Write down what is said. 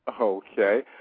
Okay